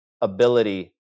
ability